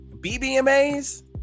BBMAs